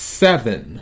seven